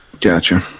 Gotcha